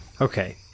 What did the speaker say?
Okay